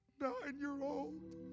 nine-year-old